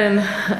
כן.